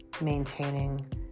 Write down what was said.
maintaining